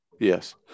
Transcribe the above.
Yes